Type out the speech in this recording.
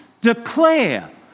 declare